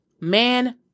man